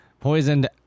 poisoned